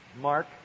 mark